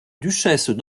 duchesse